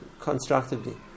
constructively